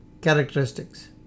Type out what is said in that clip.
characteristics